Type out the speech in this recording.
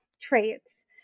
traits